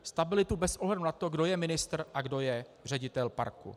Stabilitu bez ohledu na to, kdo je ministr a kdo je ředitel parku.